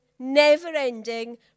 never-ending